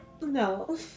no